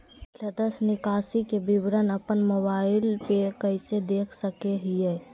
पिछला दस निकासी के विवरण अपन मोबाईल पे कैसे देख सके हियई?